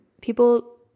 people